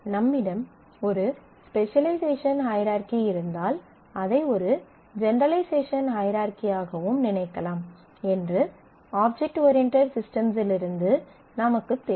நம்மிடம் ஒரு specialisation hierarchy இருந்தால் அதை ஒரு ஜெனெரலைசேஷன் ஹையரார்கீயாகவும் நினைக்கலாம் என்று ஆப்ஜெக்ட் ஓரியன்டட் சிஸ்டம்ஸ்லிருந்து நமக்குத் தெரியும்